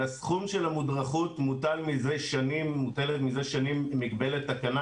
על הסכום של המודרכות מוטלת מזה שנים מגבלת תקנה,